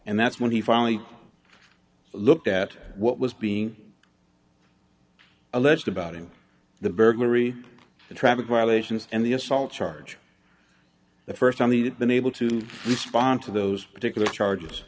and that's when he finally looked at what was being alleged about him the burglary the traffic violations and the assault charge the st time the been able to respond to those particular charges